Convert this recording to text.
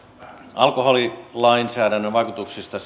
alkoholilainsäädännön vaikutuksista